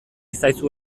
zaizu